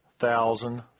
thousand